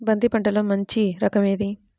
బంతి పంటలో మంచి రకం ఏది?